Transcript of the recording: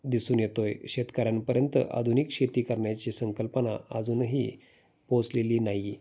दिसून येतो आहे शेतकऱ्यांपर्यंत आधुनिक शेती करण्याची संकल्पना अजूनही पोहोचलेली नाही